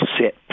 sit